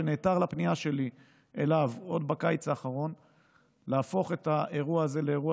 שנעתר לפנייה שלי אליו עוד בקיץ האחרון להפוך את האירוע הזה לאירוע